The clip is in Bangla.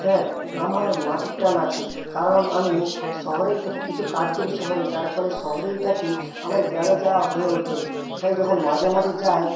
হ্যাঁ আমার মাটির টান আছে কারণ আমি শহরেই থেকে কিছু কাজ করি শহরে তার ফলে শহরেই থাকি আমার গ্রামে যাওয়া হয়ে ওঠেনি তাই যখন মাঝে মাঝে যাই